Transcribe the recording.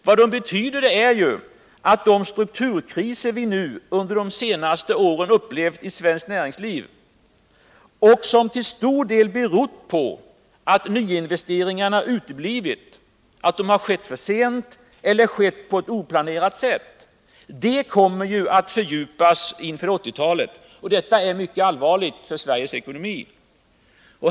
Vad det betyder är att de strukturkriser som vi nu under de senaste åren upplevt i svenskt näringsliv och som till stor del berott på att nyinvesteringarna uteblivit, skett för sent eller skett på ett oplanerat sätt — de strukturkriserna kommer att fördjupas på 1980-talet. Detta är mycket allvarligt för Sveriges ekonomi.